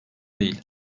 değil